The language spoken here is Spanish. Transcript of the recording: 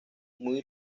muy